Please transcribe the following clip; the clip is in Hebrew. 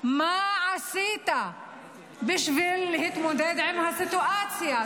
מה עשית בשביל להתמודד עם הסיטואציה?